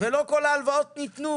למרות שלא כל ההלוואות ניתנו,